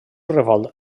revolt